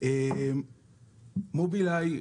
מובילאיי,